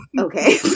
Okay